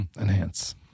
enhance